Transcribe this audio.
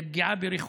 זה פגיעה ברכוש,